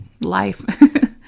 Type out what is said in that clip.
life